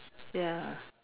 ya